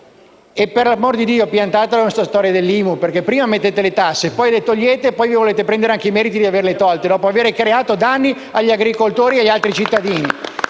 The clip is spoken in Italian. Per l'amor di Dio, piantatela con la storia dell'IMU, perché prima mettete le tasse, poi le togliete, e poi vi volete anche prendervi i meriti per averle tolte dopo aver creato danni agli agricoltori e agli altri cittadini